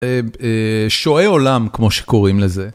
שועי עולם, כמו שקוראים לזה.